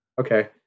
Okay